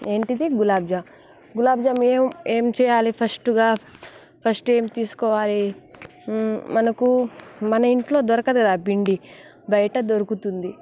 ఏంటిది గులాబ్జామ్ గులాబ్జామ్ ఏం ఏం చేయాలి ఫస్ట్గా ఫస్ట్ ఏం తీసుకోవాలి మనకు మన ఇంట్లో దొరకదు కదా పిండి బయట దొరుకుతుంది